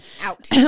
out